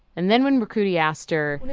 and then when bercuti asked her,